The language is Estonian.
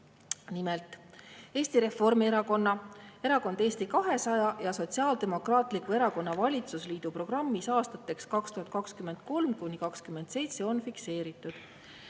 Nimelt, Eesti Reformierakonna, Erakond Eesti 200 ja Sotsiaaldemokraatliku Erakonna valitsusliidu programmis aastateks 2023–2027 on fikseeritud: